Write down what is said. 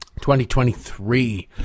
2023